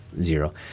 zero